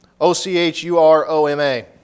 O-C-H-U-R-O-M-A